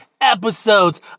episodes